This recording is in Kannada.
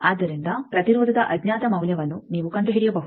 ಆದ್ದರಿಂದ ಪ್ರತಿರೋಧದ ಅಜ್ಞಾತ ಮೌಲ್ಯವನ್ನು ನೀವು ಕಂಡುಹಿಡಿಯಬಹುದು